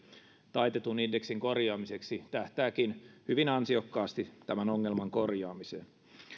taitetun indeksin korjaamiseksi tähtääkin hyvin ansiokkaasti tämän ongelman korjaamiseen